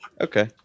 Okay